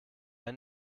ein